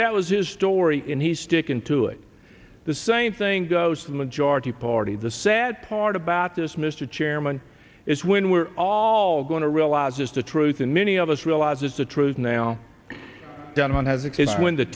that was his story in he's sticking to it the same thing goes for the majority party the sad part about this mr chairman is when we're all going to realize it's the truth and many of us realize it's the truth now don't have the kids when the